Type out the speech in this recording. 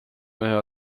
mehe